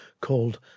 called